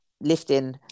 lifting